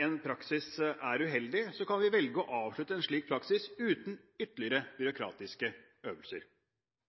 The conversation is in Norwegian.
en praksis er uheldig, kan man velge å avslutte en slik praksis uten ytterligere byråkratiske øvelser.